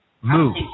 Move